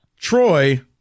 Troy